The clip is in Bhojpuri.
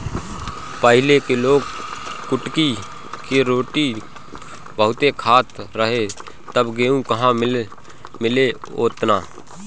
पहिले के लोग कुटकी के रोटी बहुते खात रहे तब गेहूं कहां मिले ओतना